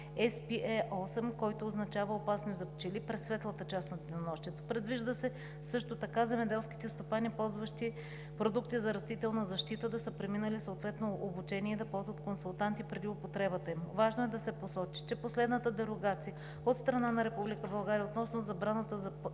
SPe8, който означава „опасно за пчели“, през светлата част на денонощието. Предвижда се също така земеделските стопани, ползващи продукти за растителна защита, да са преминали съответно обучение и да ползват консултанти преди употребата им. Важно е да се посочи, че последната дерогация от страна на Република България относно забраната за